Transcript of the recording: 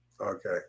Okay